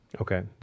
okay